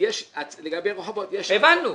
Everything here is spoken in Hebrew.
לגבי רחובות יש --- הבנו.